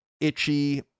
Itchy